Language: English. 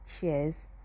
shares